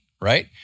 right